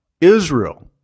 Israel